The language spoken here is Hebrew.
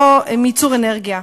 מייצור אנרגיה.